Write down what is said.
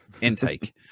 Intake